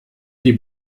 die